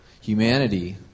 Humanity